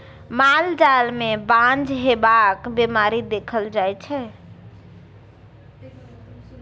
माल जाल मे बाँझ हेबाक बीमारी देखल जाइ छै